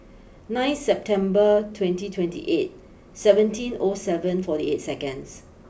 nine September twenty twenty eight seventeen O seven forty eight seconds